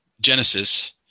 Genesis